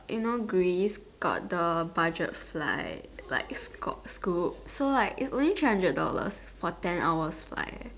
you know Greece got the budget flight like Scoot Scoot so like it's only three hundred dollars for ten hours flight